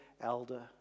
elder